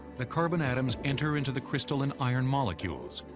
the carbon atoms enter into the crystalline iron molecules,